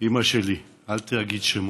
אימא שלי: אל תגיד שמות,